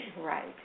right